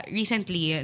recently